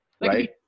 right